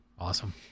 Awesome